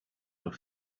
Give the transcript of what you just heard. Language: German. doch